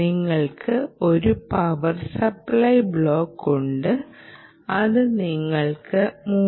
നിങ്ങൾക്ക് ഒരു power supply block ഉണ്ട് അത് നിങ്ങൾക്ക് 3